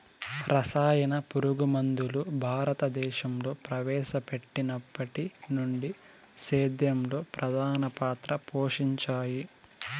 రసాయన పురుగుమందులు భారతదేశంలో ప్రవేశపెట్టినప్పటి నుండి సేద్యంలో ప్రధాన పాత్ర పోషించాయి